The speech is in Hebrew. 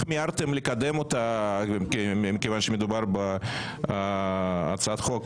לקדם אותה מכיוון שמדובר בהצעת חוק